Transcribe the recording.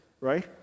Right